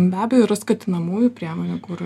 be abejo yra skatinamųjų priemonių kur